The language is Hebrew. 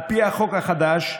על פי החוק החדש,